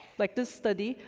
like this study,